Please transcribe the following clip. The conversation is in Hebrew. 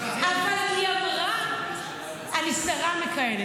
אבל היא אמרה: אני שרה מכהנת.